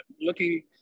Looking